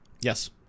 Yes